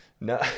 No